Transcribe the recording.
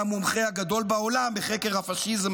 המומחה הגדול בעולם בחקר הפשיזם,